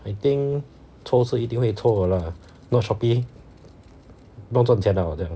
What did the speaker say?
I think 抽是一定会抽的 lah if not shopee 不用赚钱了 ah 这样